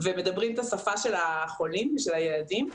ומדברים את השפה של החולים ושל הילדים.